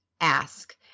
ask